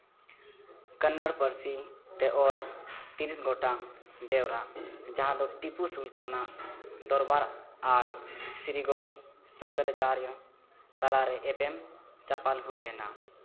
ᱠᱚᱱᱱᱚᱲ ᱯᱟᱹᱨᱥᱤ ᱛᱮ ᱚᱞ ᱛᱤᱨᱤᱥ ᱜᱚᱴᱟᱝ ᱵᱮᱣᱨᱟ ᱡᱟᱦᱟᱸ ᱫᱚ ᱴᱤᱯᱩ ᱥᱩᱞᱛᱟᱱᱟᱜ ᱫᱚᱨᱵᱟᱨ ᱟᱨ ᱥᱨᱤᱜᱳᱣᱨᱤ ᱥᱝᱠᱟᱨᱟᱪᱟᱨᱡᱚ ᱛᱟᱞᱟ ᱨᱮ ᱮᱯᱮᱢ ᱪᱟᱯᱟᱞ ᱦᱩᱭ ᱞᱮᱱᱟ